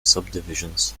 subdivisions